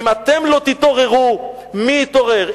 אם אתם לא תתעוררו, מי יתעורר?